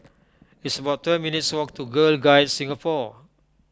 it's about twelve minutes' walk to Girl Guides Singapore